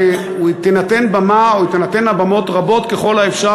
ושתינתן במה או תינתנה במות רבות ככל האפשר